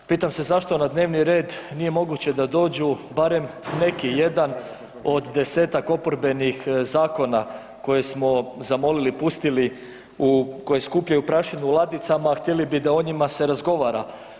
Pitam se zašto na dnevni red nije moguće da dođu barem neki jedan od desetak oporbenih zakona koje smo zamolili pustili, koji skupljaju prašinu u ladicama, a htjeli bi da o njima se razgovara.